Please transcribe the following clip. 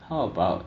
how about